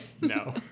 no